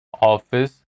office